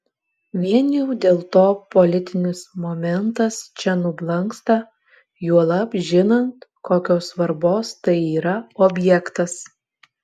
vien jau dėl to politinis momentas čia nublanksta juolab žinant kokios svarbos tai yra objektas